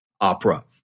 opera